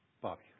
Bobby